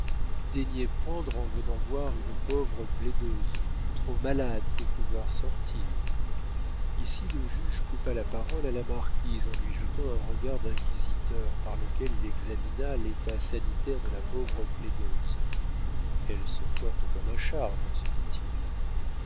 daignez prendre en venant voir une pauvre plaideuse trop malade pour pouvoir sortir ici le juge coupa la parole à la marquise en lui jetant un regard d'inquisiteur par lequel il examina l'état sanitaire de la pauvre plaideuse elle se porte comme un charme se dit-il